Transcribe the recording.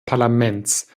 parlaments